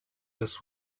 this